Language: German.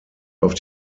auf